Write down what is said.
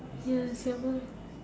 ya